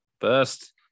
first